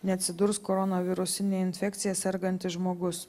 neatsidurs koronavirusine infekcija sergantis žmogus